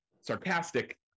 sarcastic